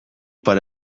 pare